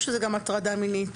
או שזה גם הטרדה מינית?